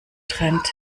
trend